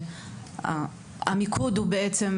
שלהם.